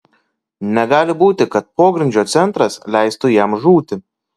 negali būti kad pogrindžio centras leistų jam žūti